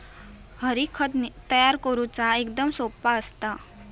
हरी, खत तयार करुचा एकदम सोप्पा असता